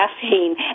caffeine